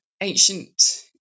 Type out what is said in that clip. ancient